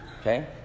okay